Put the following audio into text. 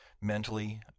mentally